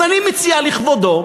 אז אני מציע לכבודו